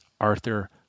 Arthur